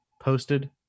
posted